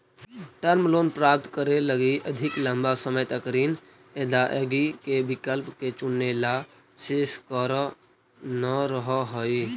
term loan प्राप्त करे लगी अधिक लंबा समय तक ऋण अदायगी के विकल्प के चुनेला शेष कर न रहऽ हई